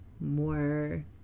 more